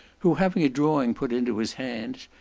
who, having a drawing put into his hands,